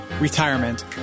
retirement